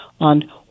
on